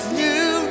new